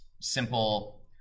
simple